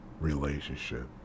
Relationship